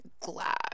glad